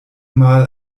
mal